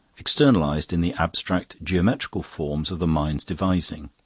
externalised in the abstract geometrical forms of the mind's devising.